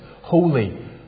holy